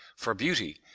for beauty!